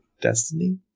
destiny